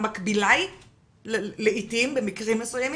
המקבילה היא לעיתים במקרים מסוימים,